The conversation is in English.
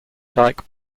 dyke